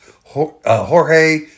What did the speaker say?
Jorge